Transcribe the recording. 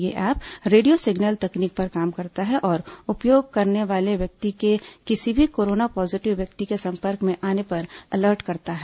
ये app radio signal तकनीक पर काम करता है और उपयोग करने वाले व्यक्ति के किसी भी कोरोना पॉजिटिव व्यक्ति के सम्पर्क में आने पर अलर्ट करता है